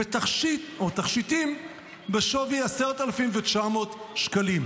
ותכשיטים בשווי 10,900 שקלים.